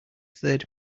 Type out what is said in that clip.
third